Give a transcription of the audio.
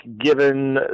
given